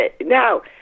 Now